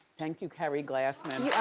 thank you keri glassman.